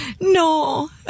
No